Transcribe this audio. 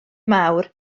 mawr